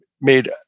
made